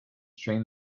train